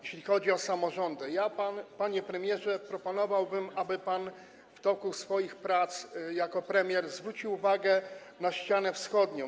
Jeśli chodzi o samorządy, to ja, panie premierze, proponowałbym, aby pan w toku swoich prac jako premier zwrócił uwagę na ścianę wschodnią.